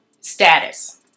status